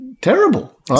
terrible